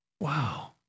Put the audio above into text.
Wow